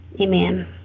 Amen